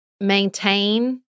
maintain